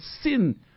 sin